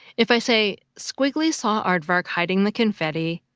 if i say, squiggly saw aardvark hiding the confetti,